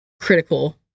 critical